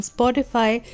Spotify